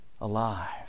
alive